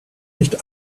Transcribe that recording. nicht